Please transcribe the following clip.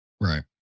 Right